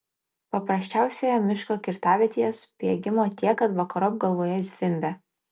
paprasčiausioje miško kirtavietėje spiegimo tiek kad vakarop galvoje zvimbia